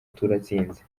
turatsinze